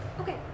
Okay